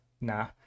Nah